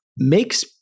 Makes